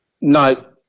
No